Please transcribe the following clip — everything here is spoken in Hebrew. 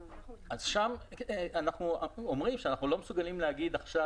שם אנחנו אומרים שאנחנו לא מסוגלים להגיד עכשיו